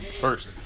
first